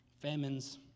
famines